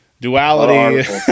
duality